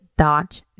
dot